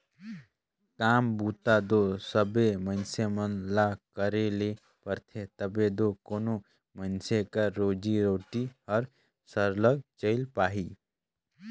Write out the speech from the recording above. काम बूता दो सबे मइनसे मन ल करे ले परथे तबे दो कोनो मइनसे कर रोजी रोटी हर सरलग चइल पाही